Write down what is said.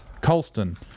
Colston